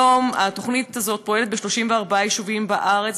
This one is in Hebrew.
היום התוכנית הזו פועלת ב-34 יישובים בארץ,